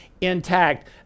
intact